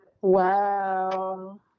Wow